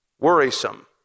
worrisome